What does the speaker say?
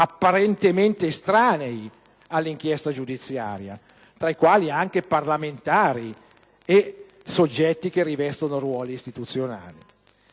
apparentemente estranei all'inchiesta giudiziaria. Tra questi vi sono anche parlamentari e soggetti che rivestono ruoli istituzionali.